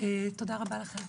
תודה רבה לכם.